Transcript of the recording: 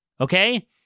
okay